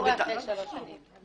מה קורה אחרי שלוש שנים?